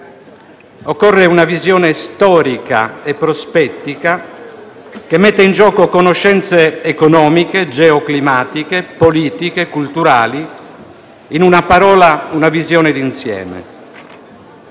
Occorre una visione storica e prospettica che metta in gioco conoscenze economiche, geoclimatiche, politiche e culturali, in una parola una visione d'insieme.